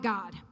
God